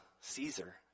Caesar